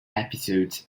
episodes